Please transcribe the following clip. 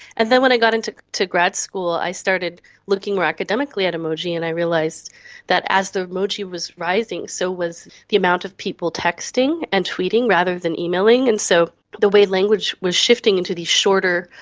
and then when i got into grad school i started looking more academically at emoji and i realised that as the emoji was rising, so was the amount of people texting and tweeting rather than emailing. and so the way language was shifting into these shorter,